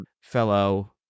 fellow